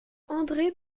andré